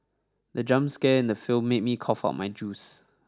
the jump scare in the film made me cough out my juice